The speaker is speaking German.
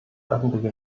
öffentliche